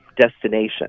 destination